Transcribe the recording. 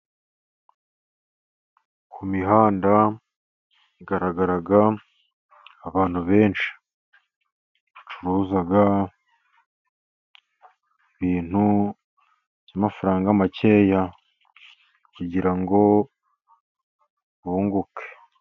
Ku mihanda, hagaragara abantu benshi bacuza ibintu by'amafaranga make, kugira ngo bunguke .